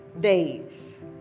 days